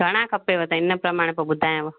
घणा खपेव त इन त मां पोइ ॿुधायांव